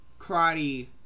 Karate